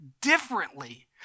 differently